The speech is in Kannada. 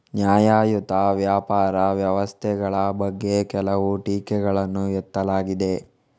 ನ್ಯಾಯಯುತ ವ್ಯಾಪಾರ ವ್ಯವಸ್ಥೆಗಳ ಬಗ್ಗೆ ಕೆಲವು ಟೀಕೆಗಳನ್ನು ಎತ್ತಲಾಗಿದೆ